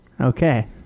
Okay